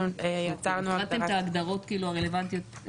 התחלתם את ההגדרות הרלוונטיות,